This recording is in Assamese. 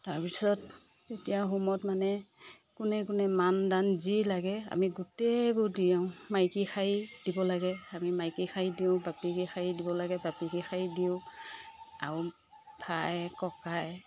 তাৰ পিছত এতিয়া হোমত মানে কোনে কোনে মান দান যি লাগে আমি গোটেইবোৰ দিওঁ মাইকী শাৰী দিব লাগে আমি মাইকী শাৰী দিওঁ বাপেকি শাৰী দিব লাগে বাপেকি শাৰী দিওঁ আৰু ভাই ককাই